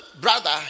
brother